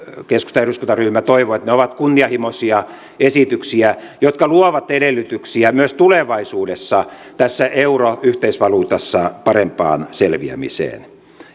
keskustan eduskuntaryhmä toivoo että ne ovat kunnianhimoisia esityksiä jotka luovat edellytyksiä myös tulevaisuudessa tässä euroyhteisvaluutassa parempaan selviämiseen